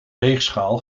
weegschaal